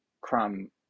crumb